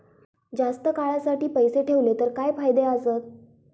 जास्त काळासाठी पैसे ठेवले तर काय फायदे आसत?